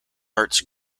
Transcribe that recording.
arts